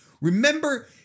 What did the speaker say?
Remember